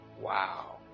wow